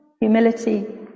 humility